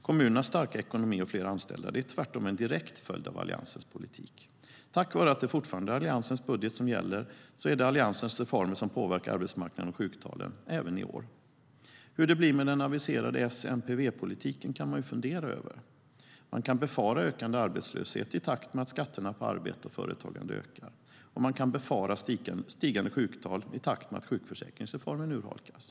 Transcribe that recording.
Kommunernas starka ekonomi och fler anställda är tvärtom en direkt följd av Alliansens politik. Tack vare att det fortfarande är Alliansens budget som gäller är det Alliansens reformer som påverkar arbetsmarknaden och sjuktalen även i år. Hur det blir med den aviserade S-MP-V-politiken kan man ju fundera över. Man kan befara ökande arbetslöshet i takt med att skatterna på arbete och företagande ökar, och man kan befara stigande sjuktal i takt med att sjukförsäkringsreformen urholkas.